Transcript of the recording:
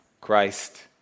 Christ